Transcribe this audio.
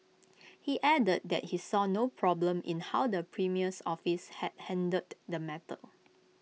he added that he saw no problem in how the premier's office had handled the matter